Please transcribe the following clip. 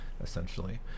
essentially